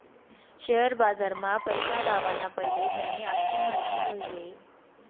share बजारमा पैसा लावाना पैले त्यानी आख्खी माहिती जोयजे